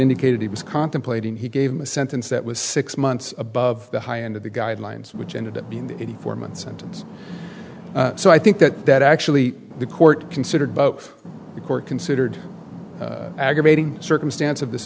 indicated he was contemplating he gave him a sentence that was six months above the high end of the guidelines which ended up being the informant sentence so i think that that actually the court considered both the court considered aggravating circumstance of this